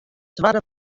twadde